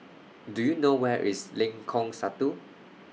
Do YOU know Where IS Lengkong Satu